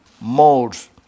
modes